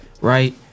right